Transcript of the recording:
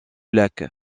lac